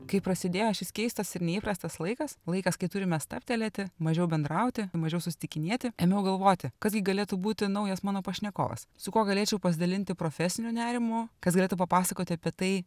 kai prasidėjo šis keistas ir neįprastas laikas laikas kai turime stabtelėti mažiau bendrauti mažiau susitikinėti ėmiau galvoti kas gi galėtų būti naujas mano pašnekovas su kuo galėčiau pasidalinti profesiniu nerimu kas galėtų papasakoti apie tai